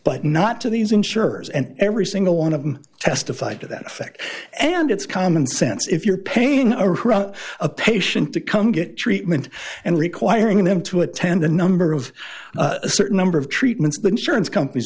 but not to these insurers and every single one of them testified to that effect and it's common sense if you're pain or a patient to come get treatment and requiring them to attend a number of a certain number of treatments the insurance companies